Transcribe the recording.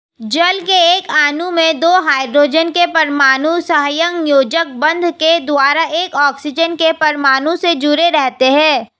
जल के एक अणु में दो हाइड्रोजन के परमाणु सहसंयोजक बंध के द्वारा एक ऑक्सीजन के परमाणु से जुडे़ रहते हैं